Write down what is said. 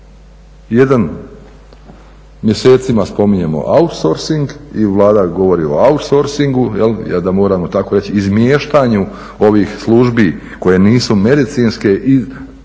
offa. Mjesecima spominjemo outsourcing i Vlada govori o outsourcingu, da moramo tako reći izmještanju ovih službi koje nisu medicinske i tako